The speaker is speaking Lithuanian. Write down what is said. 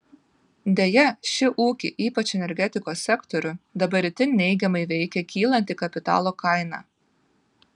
deja šį ūkį ypač energetikos sektorių dabar itin neigiamai veikia kylanti kapitalo kaina